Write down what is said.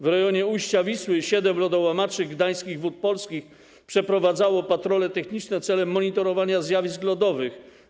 W rejonie ujścia Wisły siedem lodołamaczy gdańskich Wód Polskich przeprowadzało patrole techniczne celem monitorowania zjawisk lodowych.